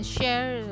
Share